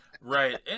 Right